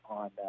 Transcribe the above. on